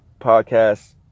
Podcast